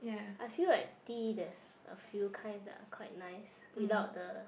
I feel like tea there's a few kinds that are quite nice without the